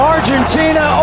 Argentina